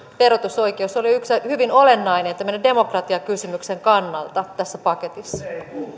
verotusoikeus ole yksi tämmöinen hyvin olennainen demokratiakysymyksen kannalta tässä paketissa